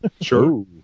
Sure